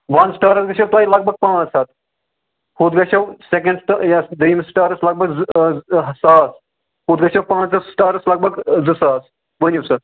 وَن سٹارَس گَژھو تۄہہِ لگ بگ پانٛژھ ہتھ ہُتھ گژھٮ۪و سٮ۪کنٛڈ سِٹار یا دٔیمِس سِٹارس لگ بگ زٕ زٕ ساس ہُتھ گَژھو پانٛژس سِٹارس لگ بگ زٕ ساس ؤنِو سَہ